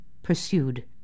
pursued